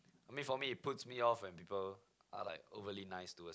I mean for me it puts me off and people are like overly nice towards me